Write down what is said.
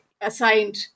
assigned